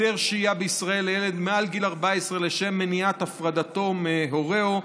היתר שהייה בישראל לילד מעל גיל 14 לשם מניעת הפרדתו מהורהו,